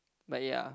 but ya